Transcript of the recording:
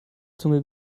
zunge